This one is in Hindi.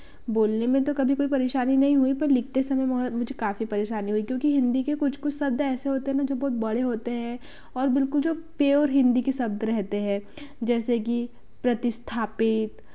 बोलने में तो कभी कोई परेशानी नहीं हुई पर लिखते समय मुझे बहुत काफ़ी परेशानी हुई क्योंकि हिंदी के कुछ कुछ शब्द ऐसे होते हैं ना जो बहुत बड़े होते हैं और बिल्कुल जो प्योर हिंदी के शब्द रहते हैं जैसे कि प्रतिस्थापित